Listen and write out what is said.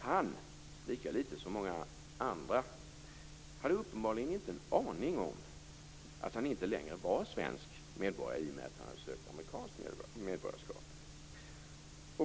Han, lika litet som många andra, hade uppenbarligen inte en aning om att han inte längre var svensk medborgare i och med att han hade sökt amerikanskt medborgarskap.